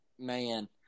man